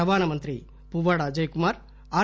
రవాణా మంత్రి పువ్వాడ అజయ్ కుమార్ ఆర్